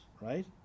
right